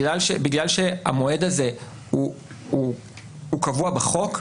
בגלל שהמועד הזה הוא קבוע בחוק,